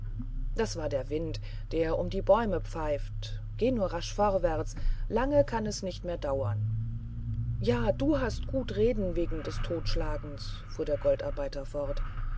das war der wind der um die bäume pfeift geh nur rasch vorwärts lange kann es nicht mehr dauern ja du hast gut reden wegen des totschlagens fuhr der goldarbeiter fort